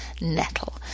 nettle